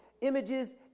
images